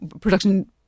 production